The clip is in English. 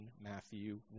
Matthew